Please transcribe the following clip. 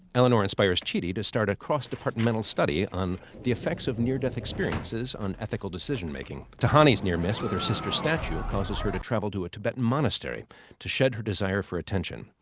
eleanor inspires chidi to start a cross-departmental study on the effects of near-death experiences on ethical decision-making. tahani's near-miss with sister's statue causes her to travel to a tibetan monastery to shed her desire for attention.